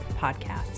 Podcast